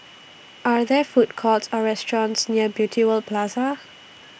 Are There Food Courts Or restaurants near Beauty World Plaza